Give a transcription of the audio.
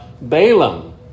Balaam